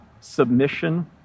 submission